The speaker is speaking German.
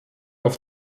auf